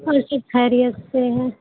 اور سب کھریت سے ہیں